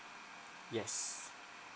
yes